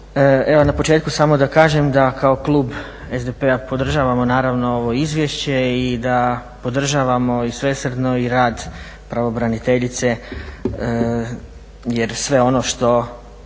Evo, na početku samo da kažem da kao klub SDP-a podržavamo naravno ovo izvješće i da podržavamo i svesrdno i rad pravobraniteljice jer sve ono što